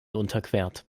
unterquert